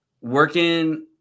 working